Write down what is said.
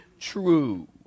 true